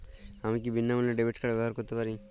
আমি কি বিনামূল্যে ডেবিট কার্ড ব্যাবহার করতে পারি?